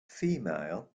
female